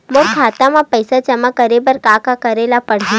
मोर खाता म पईसा जमा करे बर का का करे ल पड़हि?